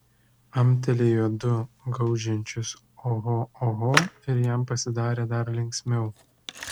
amtelėjo du gaudžiančius oho oho ir jam pasidarė dar linksmiau